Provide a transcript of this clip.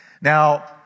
Now